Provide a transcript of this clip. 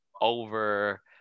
over